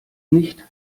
nicht